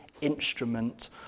instrument